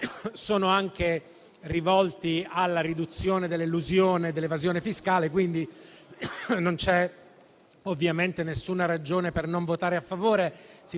Sono anche rivolti alla riduzione dell'elusione e dell'evasione fiscale. Quindi, non c'è nessuna ragione per non votare a favore.